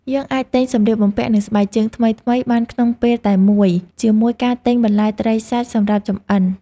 យើងអាចទិញសម្លៀកបំពាក់និងស្បែកជើងថ្មីៗបានក្នុងពេលតែមួយជាមួយការទិញបន្លែត្រីសាច់សម្រាប់ចម្អិន។